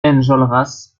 enjolras